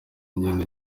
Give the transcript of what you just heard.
ingendo